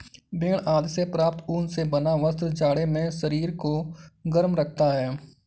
भेड़ आदि से प्राप्त ऊन से बना वस्त्र जाड़े में शरीर को गर्म रखता है